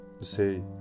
say